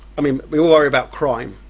i mean we all worry about crime.